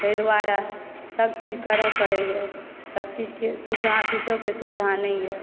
ताहि दुआरे सभ चीज करय पड़ैए सभ चीज के सुविधा किछुकऽ सुविधा नहि यऽ